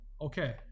Okay